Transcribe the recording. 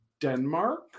Denmark